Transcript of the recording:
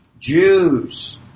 Jews